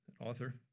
author